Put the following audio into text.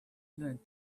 learned